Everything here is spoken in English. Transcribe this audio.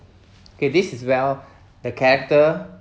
okay this is well the character